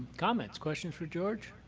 comments, questions for george?